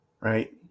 right